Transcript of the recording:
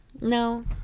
No